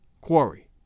quarry